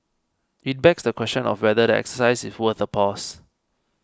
it begs the question of whether the exercise is worth a pause